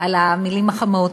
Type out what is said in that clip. על המילים החמות.